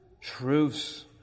truths